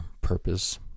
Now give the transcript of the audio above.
purpose